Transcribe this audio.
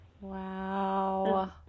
Wow